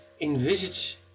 envisage